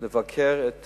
לבקר את